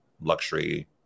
luxury